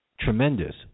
tremendous